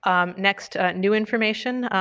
um next, new information,